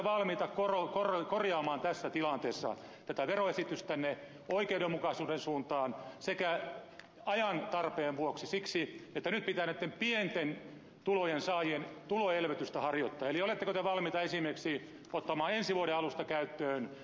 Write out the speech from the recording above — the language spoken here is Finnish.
oletteko te valmiita korjaamaan tässä tilanteessa tätä veroesitystänne oikeudenmukaisuuden suuntaan ajan tarpeen vuoksi siksi että nyt pitää näitten pienten tulojen saajien tuloelvytystä harjoittaa eli oletteko te valmiita esimerkiksi ottamaan ensi vuoden alusta käyttöön perusvähennyksen korotuksen